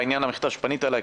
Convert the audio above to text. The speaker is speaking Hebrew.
בעניין המכתב שהפנית אליי,